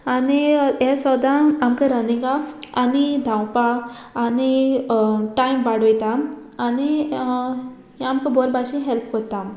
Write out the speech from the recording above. आनी हें सोदां आमकां रनिंगाक आनी धांवपाक आनी टायम वाडोयता आनी हें आमकां बोरे बाशे हेल्प कोता